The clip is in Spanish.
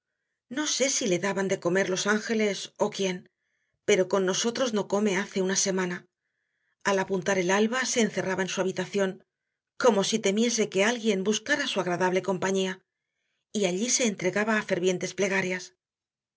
no sé si le daban de comer los ángeles o quién pero con nosotros no come hace una semana al apuntar el alba se encerraba en su habitación como si temiese que alguien buscara su agradable compañía y allí se entregaba a fervientes plegarias